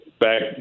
Back